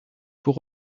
pour